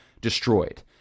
destroyed